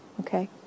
Okay